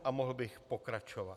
A mohl bych pokračovat.